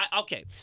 Okay